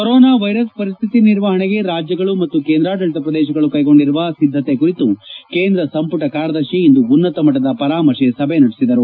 corona virus ಪರಿಸ್ತಿತಿ ನಿರ್ವಹಣೆಗೆ ರಾಜ್ಯಗಳು ಮತ್ತು ಕೇಂದ್ರಾಡಳಿತ ಪ್ರದೇಶಗಳು ಕೈಗೊಂಡಿರುವ ಸಿದ್ಗತೆ ಕುರಿತು ಕೇಂದ್ರ ಸಂಪುಟ ಕಾರ್ಯದರ್ಶಿ ಇಂದು ಉನ್ನತ ಮಟ್ನದ ಪರಾಮರ್ಶೆ ಸಭೆ ನಡೆಸಿದರು